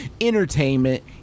entertainment